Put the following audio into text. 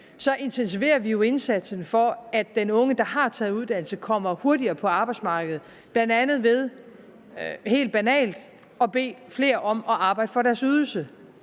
intensiverer vi jo indsatsen for, at den unge, der har taget en uddannelse, kommer hurtigere ud på arbejdsmarkedet, bl.a. ved helt banalt at bede flere om at arbejde for deres ydelse.